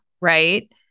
right